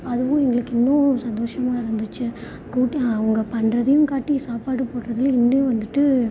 அதுவும் எங்களுக்கு இன்னும் சந்தோசமாக இருந்துச்சு கூப்டு அவங்க பண்ணுறதையும் காட்டி சாப்பாடு போட்டதில் இன்னும் வந்துவிட்டு